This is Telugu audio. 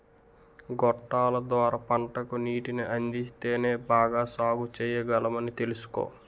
గొట్టాల ద్వార పంటకు నీటిని అందిస్తేనే బాగా సాగుచెయ్యగలమని తెలుసుకో